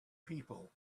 people